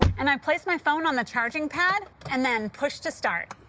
and i place my phone on the charging pad and then push to start.